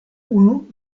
unu